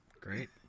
Great